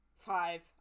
Five-